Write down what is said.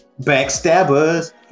backstabbers